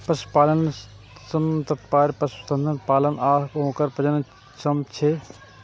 पशुपालन सं तात्पर्य पशुधन पालन आ ओकर प्रजनन सं छै